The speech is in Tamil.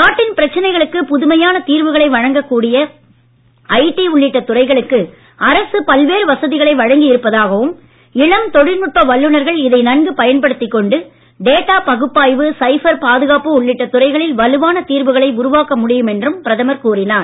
நாட்டின் பிரச்சனைகளுக்கு புதுமையான தீர்வுகளை வழங்கக் கூடிய ஐடி உள்ளிட்ட துறைகளுக்கு அரசு பல்வேறு வசதிகளை வழங்கி இருப்பதாகவும் இளம் தொழில்நுட்ப வல்லுநர்கள் இதை நன்கு பயன்படுத்திக் கொண்டு டேட்டா பகுப்பாய்வு சைபர் பாதுகாப்பு உள்ளிட்ட துறைகளில் வலுவான தீர்வுகளை உருவாக்க முடியும் என்றும் பிரதமர் கூறினார்